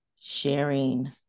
sharing